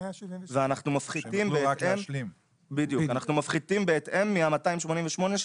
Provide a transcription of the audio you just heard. ואנחנו מפחיתים בהתאם מה-288,